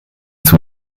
zum